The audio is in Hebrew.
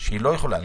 שהיא לא יכולה.